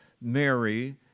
Mary